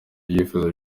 ibyifuzo